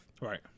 Right